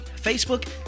Facebook